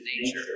nature